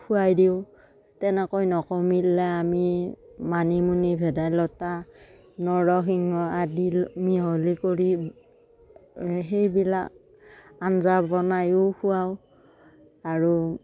খোৱাই দিওঁ তেনেকৈ নকমিলে আমি মানিমুনি ভেদাইলতা নৰসিংহ আদি মিহলি কৰি সেইবিলাক আঞ্জা বনাইও খোৱাওঁ আৰু